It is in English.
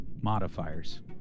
Modifiers